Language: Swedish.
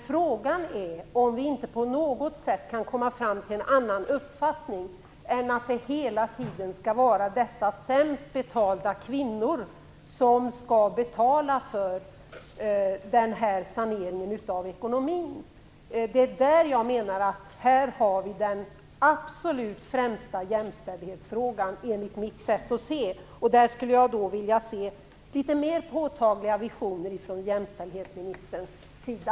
Frågan är om vi inte på något sätt kan komma fram till en annan uppfattning än att det hela tiden skall vara dessa sämst betalda kvinnor som skall betala för saneringen av ekonomin. Här har vi den absolut främsta jämställdhetsfrågan, enligt mitt sätt att se. Där skulle jag vilja se litet mer påtagliga visioner från jämställdhetsministerns sida.